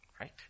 Right